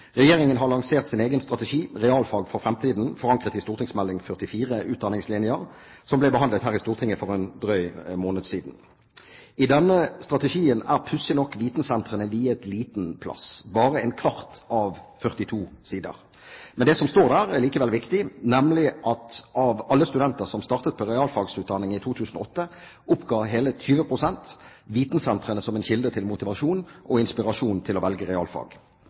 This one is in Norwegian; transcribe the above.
Regjeringen har lansert sin egen strategi, «Realfag for framtida», forankret i St.meld. nr. 44 for 2008–2009, Utdanningslinja, som ble behandlet her i Stortinget for en drøy måned siden. I denne strategien er pussig nok vitensentrene viet liten plass – bare en kvart side av 42 sider. Men det som står der er likevel viktig – nemlig at av alle studenter som startet på realfagsutdanning i 2008, oppga hele 20 pst. vitensentrene som en kilde til motivasjon og inspirasjon til å velge realfag.